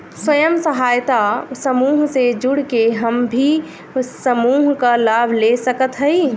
स्वयं सहायता समूह से जुड़ के हम भी समूह क लाभ ले सकत हई?